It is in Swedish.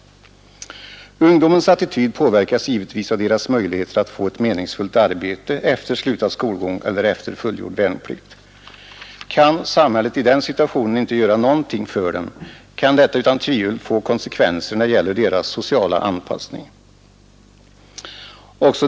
Ungdomens attityd påverkas givetvis av dess möjligheter att få ett meningsfyllt arbete efter slutad skolgång eller fullgjord värnplikt. Kan samhället i den situationen inte göra någonting för ungdomarna, kan detta utan tvivel få konsekvenser när det gäller de ungas sociala anpassning.